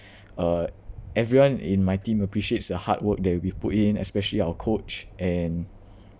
uh everyone in my team appreciates the hard work that we've put in especially our coach and